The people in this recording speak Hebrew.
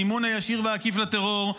המימון הישיר והעקיף לטרור,